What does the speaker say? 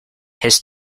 his